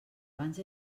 abans